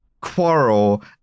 Quarrel